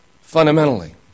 Fundamentally